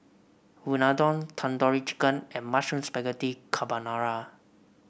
Unadon Tandoori Chicken and Mushroom Spaghetti Carbonara